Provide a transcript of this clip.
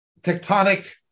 tectonic